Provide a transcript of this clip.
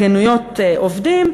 התארגנויות עובדים.